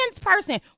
person